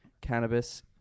cannabis